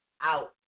out